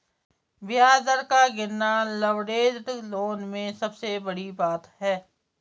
ब्याज दर का गिरना लवरेज्ड लोन में सबसे बड़ी बात है